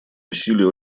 усилия